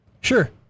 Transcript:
Sure